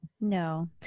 no